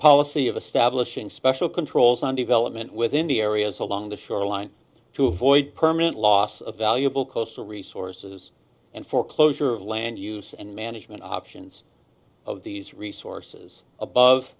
policy of a stablish in special controls on development within the areas along the shoreline to avoid permanent loss of valuable coastal resources and for closure of land use and management options of these resources